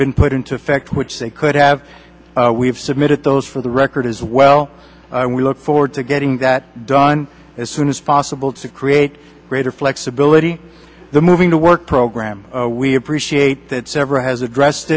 been put into effect which they could have we've submitted those for the record as well we look forward to getting that done as soon as possible to create greater flexibility the moving to work program we appreciate that several has addressed